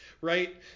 Right